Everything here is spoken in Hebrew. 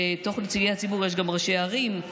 בתוך נציגי הציבור יש גם ראשי ערים,